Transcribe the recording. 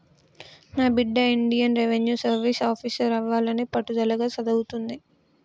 నా బిడ్డ Indian revenue service officer అవ్వాలని పట్టుదలగా సదువుతుంది